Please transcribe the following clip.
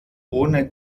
ohne